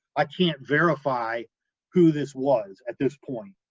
i can't verify who this was at this point,